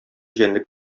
җәнлек